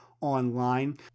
online